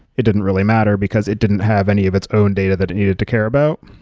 it didn't really matter because it didn't have any of its own data that it needed to care about,